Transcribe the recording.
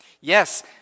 Yes